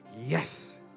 Yes